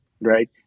right